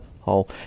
hole